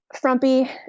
frumpy